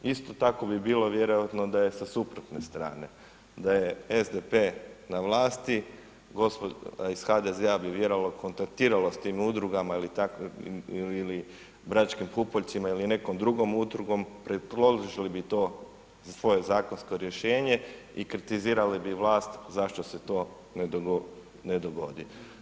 Isto tako bi bilo vjerojatno da je sa suprotne strane, da je SDP na vlasti, gospoda iz HDZ-a bi vjerojatno kontaktirala s tim udrugama ili Bračkim pupoljcima ili nekom drugom udrugom, predložili bi to za svoje zakonsko rješenje i kritizirali bi vlast zašto se to ne dogodi.